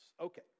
Okay